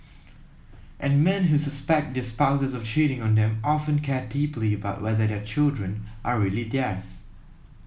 and men who suspect their spouses of cheating on them often care deeply about whether their children are really theirs